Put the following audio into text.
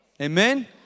Amen